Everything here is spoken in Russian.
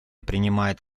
принимает